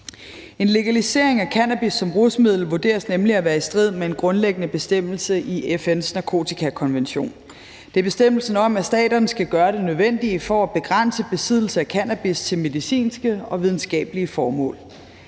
En legalisering af cannabis som rusmiddel vurderes nemlig at være i strid med en grundlæggende bestemmelse i FN's narkotikakonvention. Det er bestemmelsen om, at staterne skal gøre det nødvendige for at begrænse besiddelse af cannabis til medicinske og videnskabelige formål.